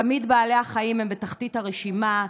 תמיד בעלי החיים הם בתחתית הרשימה,